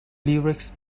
lyrics